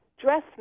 Dress